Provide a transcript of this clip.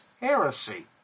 heresy